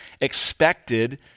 expected